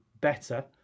better